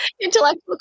Intellectual